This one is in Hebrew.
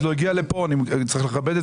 נתחיל כך.